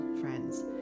friends